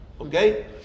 okay